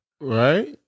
Right